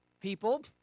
People